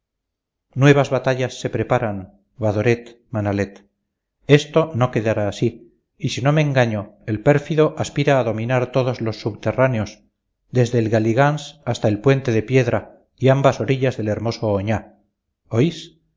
nuevas batallas se preparan badoret manalet esto no quedará así y si no me engaño el pérfido aspira a dominar todos los subterráneos desde el galligans hasta el puente de piedra y ambas orillas del hermoso oñá oís